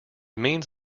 means